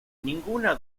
ninguna